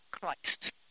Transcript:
Christ